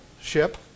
ship